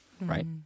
right